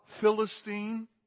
Philistine